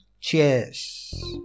Cheers